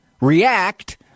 react